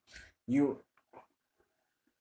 you